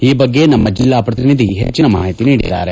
ಈ ಬಗ್ಗೆ ನಮ್ನ ಜಿಲ್ಲಾ ಪ್ರತಿನಿಧಿ ಹೆಚ್ಚಿನ ಮಾಹಿತಿ ನೀಡಿದ್ದಾರೆ